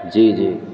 جی جی